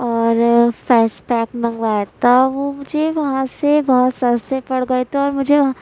اور face pack منگوائے تھا وہ مجھے وہاں سے بہت سستے پڑ گئے تھے اور مجھے